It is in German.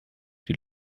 die